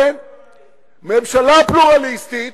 ממשלה פלורליסטית,